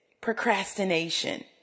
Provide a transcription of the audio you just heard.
procrastination